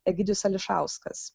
egidijus ališauskas